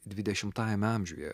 dvidešimtajame amžiuje